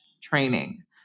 training